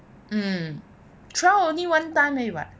mm trial only one time 而已 [what]